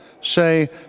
say